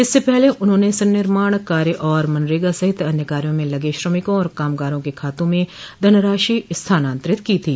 इससे पहले उन्होंने संनिर्माण कार्य और मनरेगा सहित अन्य कार्यो में लगे श्रमिकों और कामगारों के खातों में धनराशि स्थान्तरित की थी